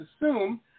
assume